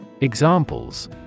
Examples